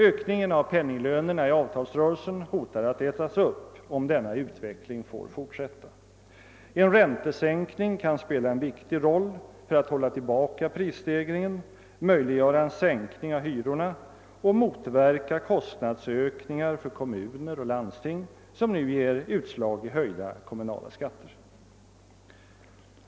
Ökningen av penninglönerna genom avtalsrörelsen hotar att ätas upp om denna utveckling får fortsätta. En räntesänkning kan spela en viktig roll för att hålla tillbaka prisstegringen, möjliggöra en sänkning av hyrorna och motverka kostnadsökningar för kommuner och landsting som ger utslag i höjda kommunala skatter.